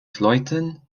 vleuten